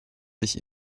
sich